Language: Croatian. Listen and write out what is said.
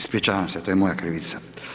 Ispričavam se to je moja krivica.